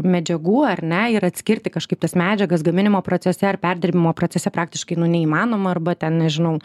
medžiagų ar ne ir atskirti kažkaip tas medžiagas gaminimo procese ar perdirbimo procese praktiškai nu neįmanoma arba ten nežinau